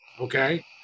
Okay